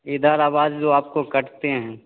इधर आवाज़ जो आपको काटते हैं